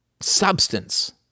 substance